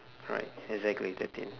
correct exactly thirteen